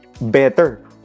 better